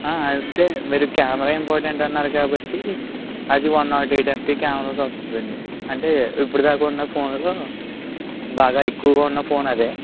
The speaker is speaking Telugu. అంటే మీరు కెమెరా ఇంపార్టెంట్ అన్నారు కాబట్టి అది వన్ నాట్ ఎయిట్ ఎంపీ కెమెరాతో వస్తుంది అండి అంటే ఇప్పుడు దాకా ఉన్న ఫోన్లలో బాగా ఎక్కువగా ఉన్న ఫోన్ అదే